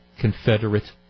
Confederate